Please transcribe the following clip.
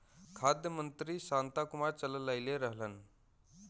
खाद्य मंत्री शांता कुमार चललइले रहलन